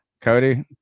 Cody